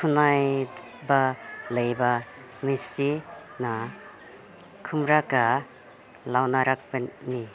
ꯈꯨꯠꯅꯥꯏꯕ ꯂꯩꯕ ꯃꯤꯁꯤꯡꯅ ꯈꯨꯟꯂꯒ ꯂꯣꯟꯅꯔꯛꯄꯅꯤ